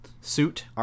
suit